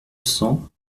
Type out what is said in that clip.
cents